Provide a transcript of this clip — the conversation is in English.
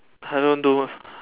I don't do